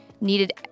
needed